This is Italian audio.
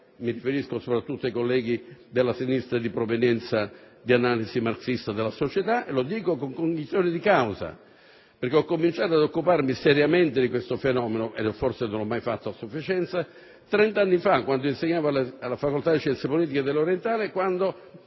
Mi riferisco soprattutto ai colleghi della sinistra di provenienza di analisi marxista della società e lo dico con cognizione di causa, perché ho cominciato a occuparmi seriamente di questo fenomeno, e forse non l'ho mai fatto a sufficienza, trent'anni fa quando insegnavo alla facoltà di scienze politiche dell'Orientale. Allora,